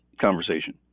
conversation